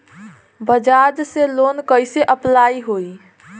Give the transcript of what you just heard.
बजाज से लोन कईसे अप्लाई होई?